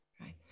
right